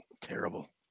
terrible